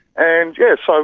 and yes, so